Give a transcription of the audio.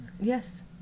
Yes